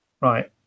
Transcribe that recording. Right